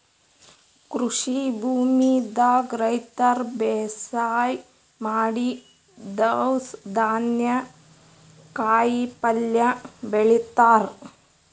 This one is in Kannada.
ಕೃಷಿ ಭೂಮಿದಾಗ್ ರೈತರ್ ಬೇಸಾಯ್ ಮಾಡಿ ದವ್ಸ್ ಧಾನ್ಯ ಕಾಯಿಪಲ್ಯ ಬೆಳಿತಾರ್